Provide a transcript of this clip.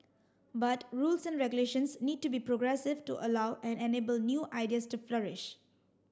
but rules and regulations need to be progressive to allow and enable new ideas to flourish